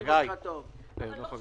חגי ממשרד